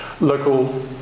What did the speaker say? local